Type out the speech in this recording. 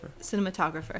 Cinematographer